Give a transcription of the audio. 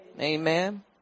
Amen